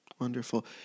Wonderful